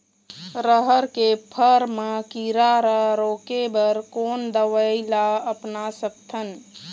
रहर के फर मा किरा रा रोके बर कोन दवई ला अपना सकथन?